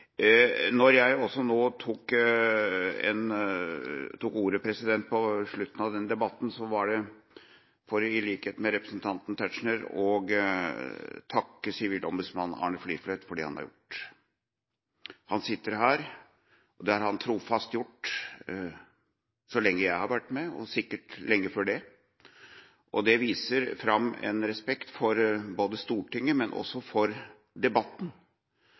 Når jeg også nå tok ordet på slutten av denne debatten, var det for, i likhet med representanten Tetzschner, å takke sivilombudsmann Arne Fliflet for det han har gjort. Han sitter her, og det har han trofast gjort så lenge jeg har vært med – og sikkert lenge før det. Det viser fram en respekt for Stortinget, men også for debatten.